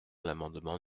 l’amendement